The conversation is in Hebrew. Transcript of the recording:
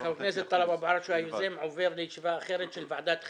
חבר הכנסת טלב אבו עראר עובר לישיבה אחרת של ועדת החינוך.